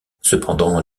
cependant